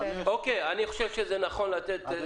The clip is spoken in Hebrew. אני חושב שנכון לתת.